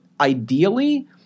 Ideally